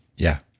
yeah.